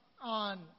on